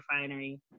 refinery